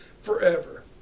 forever